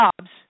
jobs